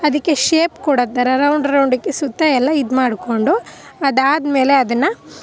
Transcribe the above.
ಅದಕ್ಕೆ ಶೇಪ್ ಕೊಡೋ ಥರ ರೌಂಡ್ ರೌಂಡಕೆ ಸುತ್ತ ಎಲ್ಲ ಇದು ಮಾಡಿಕೊಂಡು ಅದಾದ್ಮೇಲೆ ಅದನ್ನು